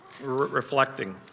reflecting